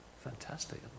Fantastic